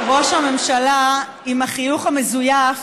ראש הממשלה, עם החיוך המזויף,